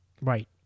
Right